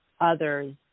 others